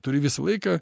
turi visą laiką